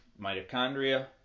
mitochondria